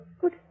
Good